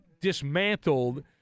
dismantled